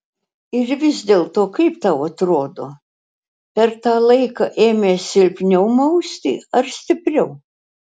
ir vis dėlto kaip tau atrodo per tą laiką ėmė silpniau mausti ar stipriau